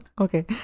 Okay